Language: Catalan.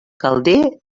calder